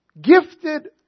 Gifted